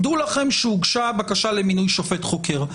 דעו לכם שהוגשה בקשה למינוי שופט חוקר.